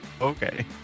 Okay